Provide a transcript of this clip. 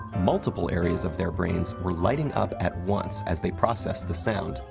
multiple areas of their brains were lighting up at once, as they processed the sound,